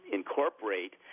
incorporate